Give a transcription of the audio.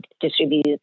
distribute